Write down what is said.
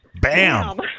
Bam